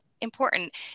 important